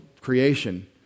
creation